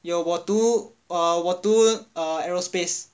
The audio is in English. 有我读 err 我读 err aerospace